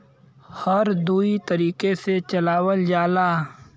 हर दुई तरीके से चलावल जाला